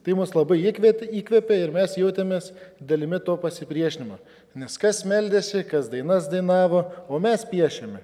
tai mus labai įkvėt įkvepė ir mes jautėmės dalimi to pasipriešinimo nes kas meldėsi kas dainas dainavo o mes piešiame